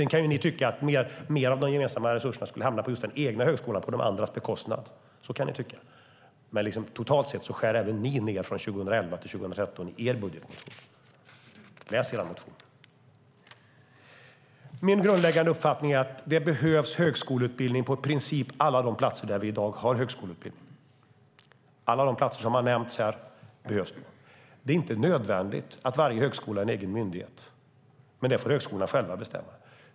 Ni kan ju tycka att mer av de gemensamma resurserna skulle hamna på den egna högskolan på de andras bekostnad, men totalt sett skär även ni ned från 2011 till 2013. Min grundläggande uppfattning är att det behövs högskoleutbildning på i princip alla de platser där vi i dag har högskoleutbildning. Det gäller alla de platser som har nämnts här. Det är inte nödvändigt att varje högskola är en egen myndighet, men det får högskolorna själva bestämma.